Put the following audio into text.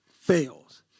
fails